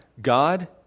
God